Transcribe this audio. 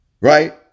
Right